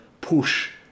push